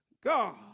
God